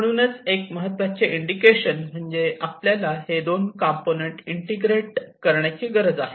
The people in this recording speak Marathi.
म्हणूनच एक महत्त्वाचे इंडिकेशन म्हणजे आपल्याला हे दोन कंपोनेंट इंटिग्रेट करण्याची गरज आहे